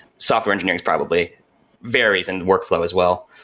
software engineers probably varies and workflow as well.